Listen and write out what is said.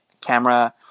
camera